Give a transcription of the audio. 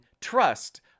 trust